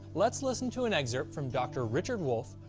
let's listen to an excerpt from dr. richard wolff,